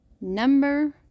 Number